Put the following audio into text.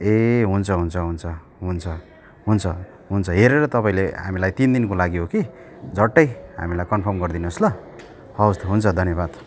ए हुन्छ हुन्छ हुन्छ हुन्छ हुन्छ हुन्छ हेरेर तपाईँले हामीलाई तिन दिनको लागि हो झट्टै हामीलाई कन्फर्म गरिदिनुहोस् ल हवस् त हुन्छ धन्यवाद